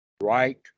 Right